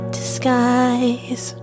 disguise